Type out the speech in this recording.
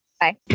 Bye